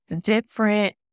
different